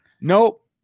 nope